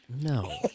No